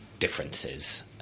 differences